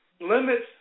limits